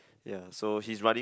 ya so he's running